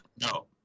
No